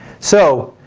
so,